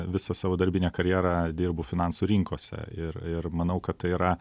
visą savo darbinę karjerą dirbu finansų rinkose ir ir manau kad tai yra